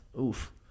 Oof